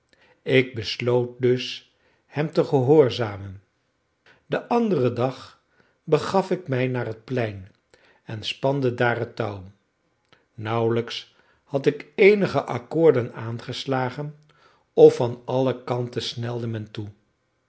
ik besloot dus hem te gehoorzamen den anderen dag begaf ik mij naar het plein en spande daar het touw nauwelijks had ik eenige akkoorden aangeslagen of van alle kanten snelde men toe